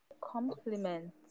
Compliment